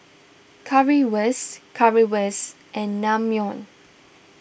Currywurst Currywurst and Naengmyeon